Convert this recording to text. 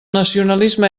nacionalisme